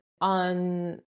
on